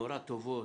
"נורא טובות",